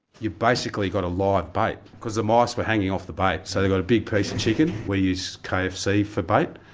you've basically got a live bait, because the mice were hanging off the bait, so they've got a big piece of chicken, we use kfc for bait.